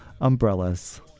Umbrellas